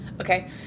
Okay